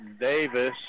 Davis